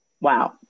Wow